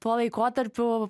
tuo laikotarpiu